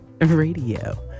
radio